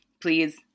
please